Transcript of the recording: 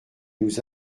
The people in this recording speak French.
nous